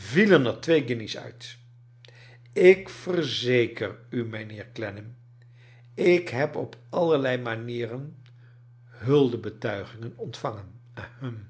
twee guinjes uit ik verzeker u mijnheer clennam ik heb op allerlei rnanieren huldebetuigingen ontvangen